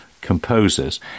composers